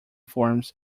forms